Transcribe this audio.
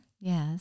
yes